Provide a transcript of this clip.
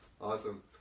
Awesome